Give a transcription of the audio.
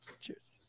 Cheers